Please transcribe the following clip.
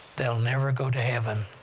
they'll never go to heaven,